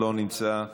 לא נמצא,